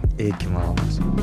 iki malonaus